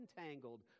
entangled